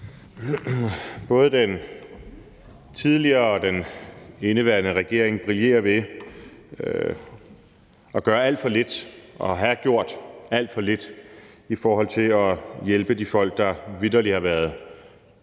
Både den tidligere og den indeværende regering brillerer ved at gøre alt for lidt og have gjort alt for lidt i forhold til at hjælpe de folk, der vitterlig har været